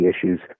issues